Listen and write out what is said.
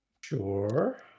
Sure